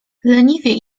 leniwie